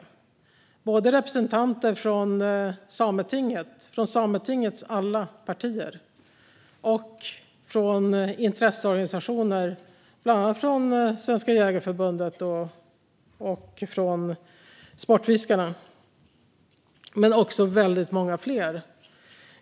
Det är både representanter från Sametinget och dess alla partier och från intresseorganisationer, bland andra Svenska Jägareförbundet och Sportfiskarna och väldigt många fler.